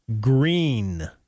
Green